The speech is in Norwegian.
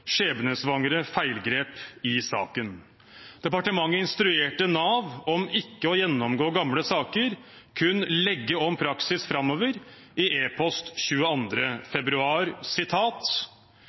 skjebnesvangre feilgrep i saken. Departementet instruerte Nav om ikke å gjennomgå gamle saker, kun legge om praksis framover. I en e-post fra departementet 22. februar